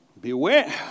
Beware